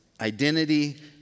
identity